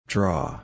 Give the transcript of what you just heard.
Draw